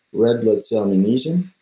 red blood cell magnesium,